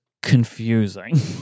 Confusing